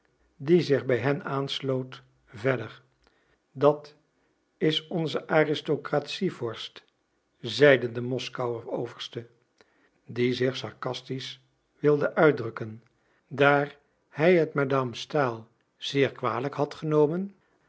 die zich bij hen aansloot verder dat is onze aristocratie vorst zeide de moskouer overste die zich sarcastisch wilde uitdrukken daar hij het madame stahl zeer kwalijk had genomen